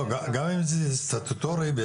גם אם זה סטטוטורי,